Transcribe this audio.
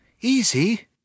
easy